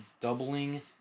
doubling